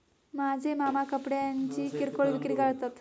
माझे मामा कपड्यांची किरकोळ विक्री करतात